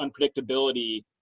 unpredictability